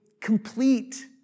complete